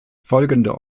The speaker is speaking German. folgende